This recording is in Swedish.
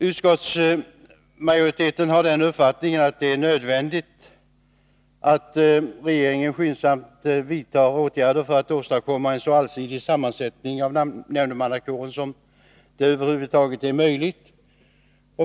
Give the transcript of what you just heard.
Utskottsmajoriteten har den uppfattningen att det är nödvändigt att regeringen skyndsamt vidtar åtgärder för att åstadkomma en så allsidig sammansättning av nämndemannakåren som det över huvud taget är möjligt.